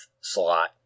slot